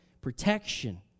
protection